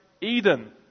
Eden